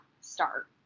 start